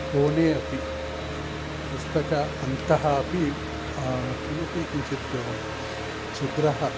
कोणे अपि पुस्तके अन्तः अपि किमपि किञ्चित् चिद्रः